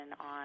on